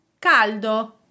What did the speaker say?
caldo